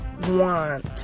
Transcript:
want